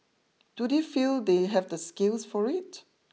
do they feel they have the skills for it